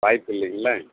வாய்ப்பு இல்லைங்கல்ல